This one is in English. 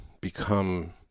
become